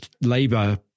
Labour